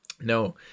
No